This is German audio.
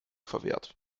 verwehrt